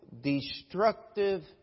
destructive